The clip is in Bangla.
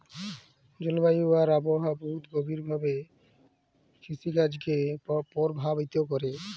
জলবায়ু আর আবহাওয়া বহুত গভীর ভাবে কিরসিকাজকে পরভাবিত ক্যরে